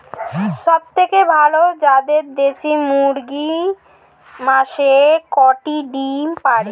সবথেকে ভালো জাতের দেশি মুরগি মাসে কয়টি ডিম পাড়ে?